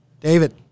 David